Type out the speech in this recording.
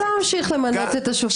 תודה, אדוני.